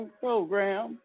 program